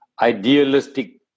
idealistic